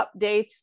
updates